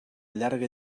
llarga